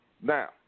Now